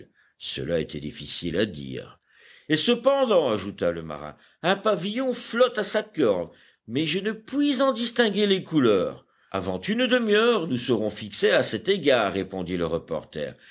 cela était difficile à dire et cependant ajouta le marin un pavillon flotte à sa corne mais je ne puis en distinguer les couleurs avant une demi-heure nous serons fixés à cet égard répondit le reporter